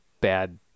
bad